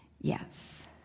Yes